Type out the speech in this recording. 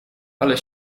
ale